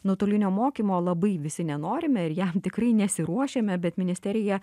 nuotolinio mokymo labai visi nenorime ir jam tikrai nesiruošiame bet ministerija